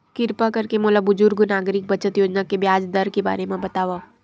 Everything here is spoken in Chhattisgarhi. किरपा करके मोला बुजुर्ग नागरिक बचत योजना के ब्याज दर के बारे मा बतावव